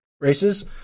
races